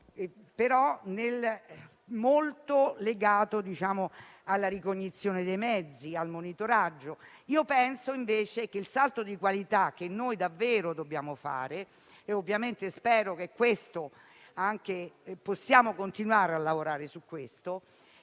resta molto legato alla ricognizione dei mezzi, al monitoraggio. Penso, invece, che il salto di qualità che davvero dovremmo fare - e spero che si possa continuare a lavorare su questo